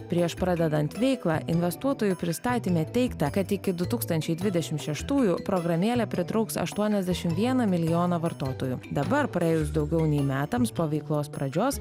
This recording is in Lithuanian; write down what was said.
prieš pradedant veiklą investuotojų pristatyme teigta kad iki du tūkstančiai dvidešim šeštųjų programėlė pritrauks aštuoniasdešim vieną milijoną vartotojų dabar praėjus daugiau nei metams po veiklos pradžios